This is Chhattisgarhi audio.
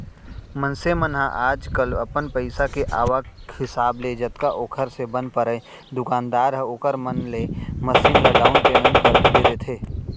मनसे मन ह आजकल अपन पइसा के आवक हिसाब ले जतका ओखर से बन परय दुकानदार ह ओखर मन ले मसीन ल डाउन पैमेंट करके दे देथे